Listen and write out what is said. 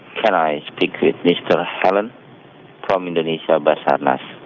can i speak with mr? so and from indonesia basarnas.